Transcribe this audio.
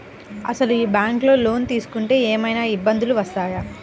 అసలు ఈ బ్యాంక్లో లోన్ తీసుకుంటే ఏమయినా ఇబ్బందులు వస్తాయా?